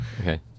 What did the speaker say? Okay